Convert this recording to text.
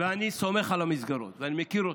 ואני סומך על המסגרות, ואני מכיר אותן.